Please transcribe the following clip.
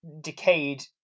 decayed